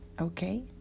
okay